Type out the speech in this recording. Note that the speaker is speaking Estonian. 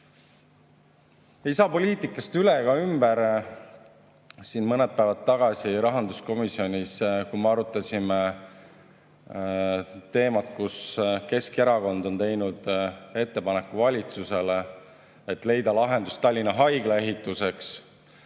saa poliitikast üle ega ümber. Siin mõned päevad tagasi rahanduskomisjonis me arutasime teemat, kus Keskerakond on teinud ettepaneku valitsusele, et leida lahendust Tallinna Haigla ehituseks,